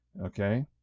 Okay